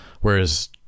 whereas